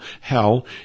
hell